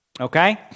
Okay